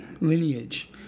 lineage